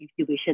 intubation